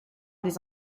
des